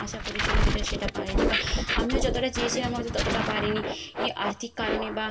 আশা করেছিল যেটা সেটা পারেনি বা আমিও যতটা চেয়েছিলাম হয়তো ততটা পারিনি ই আর্থিক কারণে বা